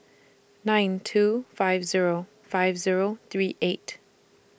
nine two five Zero five Zero three eight